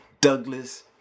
Douglas